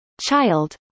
child